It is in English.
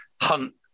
hunt